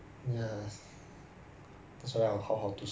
but ah 你好好读书 ah 不要忘记做人 leh